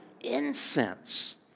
incense